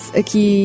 aqui